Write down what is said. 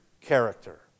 character